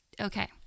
Okay